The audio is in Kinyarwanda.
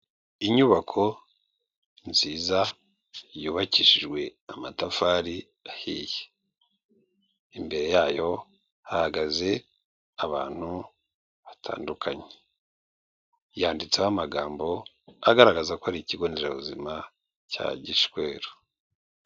Inyubako nziza yubakishijwe amatafari ahiye, imbere yayo hagaze abantu batandukanye, yanditseho amagambo agaragaza ko ari ikigonderabuzima cya Gishweru.